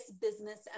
business